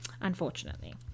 unfortunately